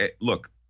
look